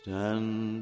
Stand